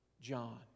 John